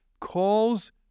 calls